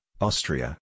Austria